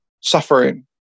suffering